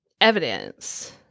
evidence